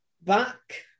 back